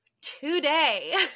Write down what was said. today